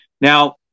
now